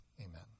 amen